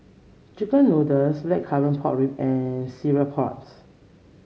chicken noodles blackcurrant pork rib and Cereal Prawns